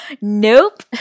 Nope